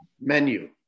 menu